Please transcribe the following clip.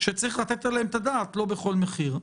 שצריך לתת עליהן את הדעת, לא בכל מחיר.